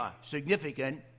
significant